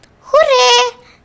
Hooray